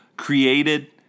Created